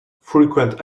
frequent